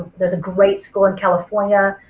there's a great school in california,